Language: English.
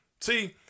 See